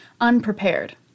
unprepared